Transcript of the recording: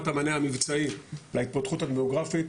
המענה המבצעי להתפתחות הדמוגרפית.